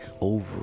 over